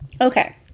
Okay